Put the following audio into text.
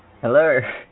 Hello